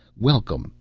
welcome,